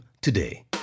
today